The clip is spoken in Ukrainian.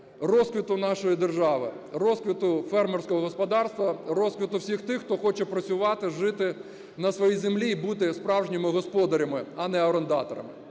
розквіту нашої держави, розквіту фермерського господарства, розквіту всіх тих, хто хоче працювати, жити на своїй землі і бути справжніми господарями, а не орендаторами.